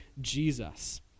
Jesus